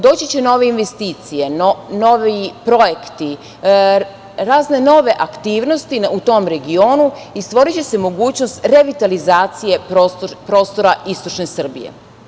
Doći će nove investicije, novi projekti, razne nove aktivnosti u tom regionu i stvoriće se mogućnost revitalizacije prostora istočne Srbije.